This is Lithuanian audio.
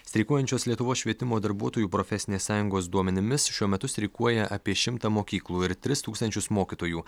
streikuojančios lietuvos švietimo darbuotojų profesinės sąjungos duomenimis šiuo metu streikuoja apie šimtą mokyklų ir tris tūkstančius mokytojų